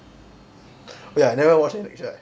oh ya I never watch any lecture eh